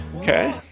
Okay